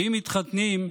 ואם מתחתנים,